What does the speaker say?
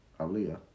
Aaliyah